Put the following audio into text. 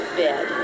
bed